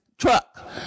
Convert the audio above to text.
Truck